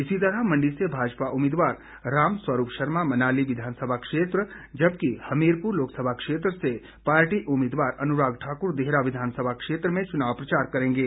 इसी तरह मंडी से भाजपा उम्मीदवार रामस्वरूप शर्मा मनाली विधानसभा क्षेत्र जबकि हमीरपुर लोकसभा क्षेत्र से पार्टी उम्मीदवार अनुराग ठाकुर देहरा विधानसभा क्षेत्र में चुनाव प्रचार करेंगे